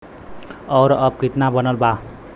और अब कितना बनल बा?